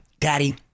Daddy